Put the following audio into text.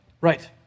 Right